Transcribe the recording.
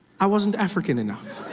i wasn't african enough.